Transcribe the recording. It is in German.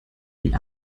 die